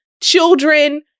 children